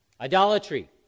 Idolatry